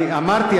אני אמרתי,